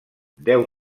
deu